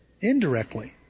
indirectly